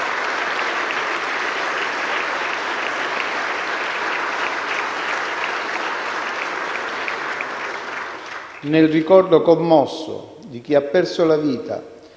Nel ricordo commosso di chi ha perso la vita,